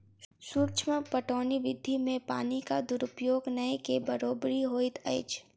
सूक्ष्म पटौनी विधि मे पानिक दुरूपयोग नै के बरोबरि होइत अछि